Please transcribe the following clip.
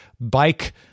Bike